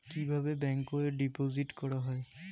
কিভাবে ব্যাংকে ডিপোজিট করা হয়?